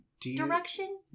direction